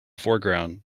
foreground